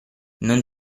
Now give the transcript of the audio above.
non